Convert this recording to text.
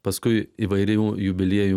paskui įvairių jubiliejų